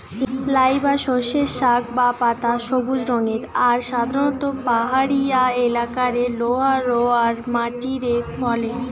লাই বা সর্ষের শাক বা পাতা সবুজ রঙের আর সাধারণত পাহাড়িয়া এলাকারে লহা রওয়া মাটিরে ফলে